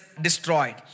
destroyed